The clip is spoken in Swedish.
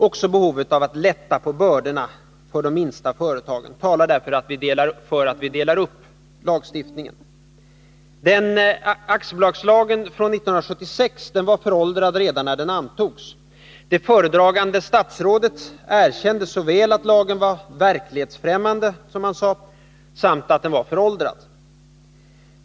Också behovet av att lätta på bördorna för de minsta företagen talar för att vi delar upp lagstiftningen. Aktiebolagslagen, som trädde i kraft 1976, var föråldrad redan när den antogs. Det föredragande statsrådet erkände att lagen var såväl verklighetsfrämmande som föråldrad.